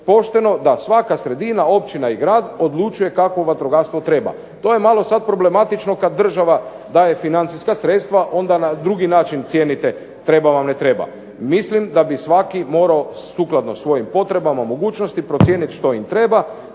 pošteno da svaka sredina, općina i grad odlučuje kakvo vatrogastvo treba. To je malo sad problematično kad država daje financijska sredstva, onda na drugi način cijenite treba vam, ne treba. Mislim da bi svaki morao sukladno svojim potrebama mogućnosti procijeniti što im treba.